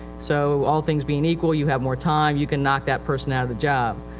so all things being equal you have more time. you can knock that person out of the job.